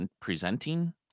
presenting